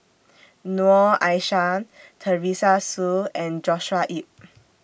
Noor Aishah Teresa Hsu and Joshua Ip